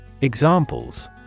Examples